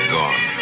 gone